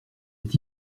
est